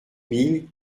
mille